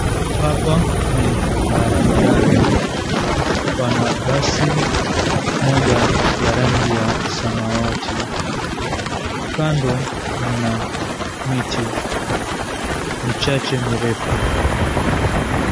Hapa ni barabarani pana basi moja la rangi ya samawati kando kuna miti michache mirefu.